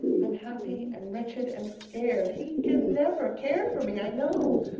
i'm happy and wretched and scared. he can never care for me, i know.